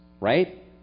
right